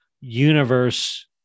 universe